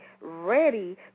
ready